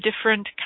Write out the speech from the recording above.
different